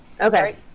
Okay